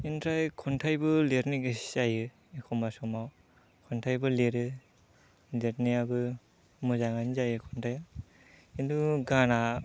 इनिफ्राय खन्थाइबो लेरेनो गोसो जायो एख्मबा समाव खन्थाइबो लेरो लेरेनायाबो मोजाङानो जायो खन्थाइया किन्तु गाना